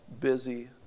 busy